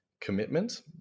commitment